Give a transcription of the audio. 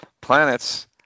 Planets